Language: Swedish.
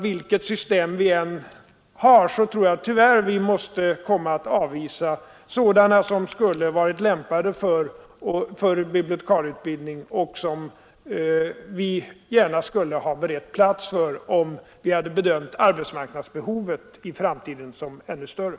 Vilket system vi än har tror jag att vi tyvärr blir tvingade att avvisa sådana sökande som skulle varit lämpade för bibliotekarieutbildningen och som vi gärna skulle ha berett plats för, om vi hade bedömt arbetsmarknadsbehovet i framtiden som ännu större.